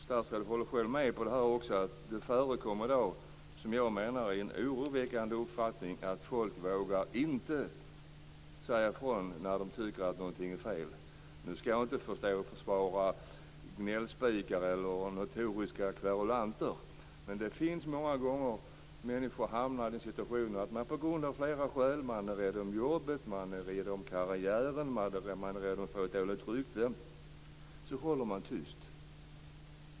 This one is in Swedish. Statsrådet håller själv med om att det i dag i, vill jag säga, en oroväckande omfattning förekommer att människor inte vågar säga ifrån när de tycker att något är fel. Jag försvarar inte gnällspikar och notoriska kverulanter men många gånger hamnar människor i den situationen att de av flera skäl - man är rädd om jobbet eller om karriären eller också är man rädd att få dåligt rykte - håller tyst.